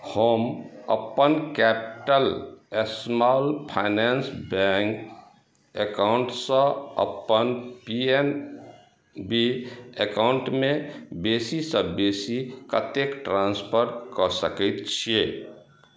हम अपन Capital Small Finance Bank एकाउंटसँ अपन पी एन बी अकाउंटमे बेसीसँ बेसी कतेक ट्रांस्फर कऽ सकैत छियै